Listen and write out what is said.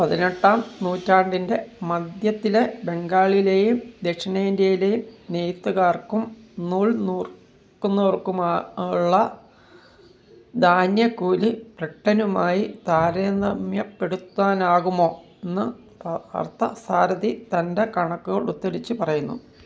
പതിനെട്ടാം നൂറ്റാണ്ടിന്റെ മദ്ധ്യത്തിലെ ബംഗാളിലേയും ദക്ഷിണ ഇന്ത്യയിലേയും നെയ്ത്തുകാർക്കും നൂൽ നൂൽക്കുന്നവർക്കുമായുള്ള ധാന്യക്കൂലി ബ്രിട്ടനുമായി താരതമ്യപ്പെടുത്താനാകുമോ എന്ന് പാർത്ഥസാരഥി തന്റെ കണക്കു കൊണ്ടു ഉദ്ധരിച്ച് പറയുന്നു